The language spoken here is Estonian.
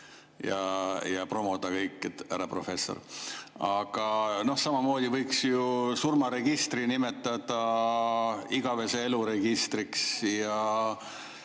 ja promoda, et härra professor. Aga samamoodi võiks ju surmaregistri nimetada igavese elu registriks